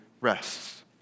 rests